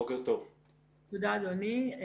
בוקר טוב תודה אדוני.